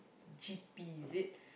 G_P is it